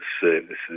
services